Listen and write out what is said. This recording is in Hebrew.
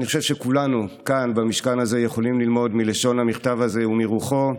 אני חושב שכולנו כאן במשכן הזה יכולים ללמוד מלשון המכתב הזה ומרוחו,